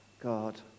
God